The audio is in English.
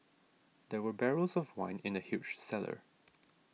there were barrels of wine in the huge cellar